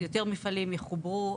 שיותר מפעלים יחוברו,